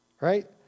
right